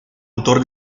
autor